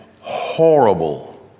horrible